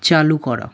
চালু করা